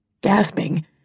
Gasping